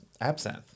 absinthe